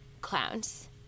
clowns